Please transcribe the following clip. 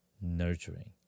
nurturing